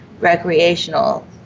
recreational